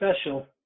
special